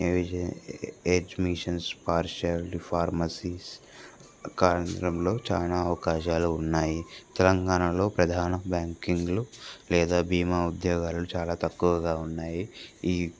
ఏవిజే admissions పార్షయాలిటీ pharmacies కేంద్రంలో చాలా అవకాశాలు ఉన్నాయి తెలంగాణలో ప్రధాన బ్యాంకింగ్లు లేదా బీమా ఉద్యోగాలు చాలా తక్కువగా ఉన్నాయి ఈ